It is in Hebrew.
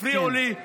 הפריעו לי,